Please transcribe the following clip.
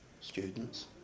students